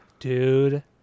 Dude